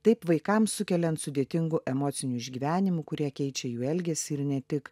taip vaikams sukeliant sudėtingų emocinių išgyvenimų kurie keičia jų elgesį ir ne tik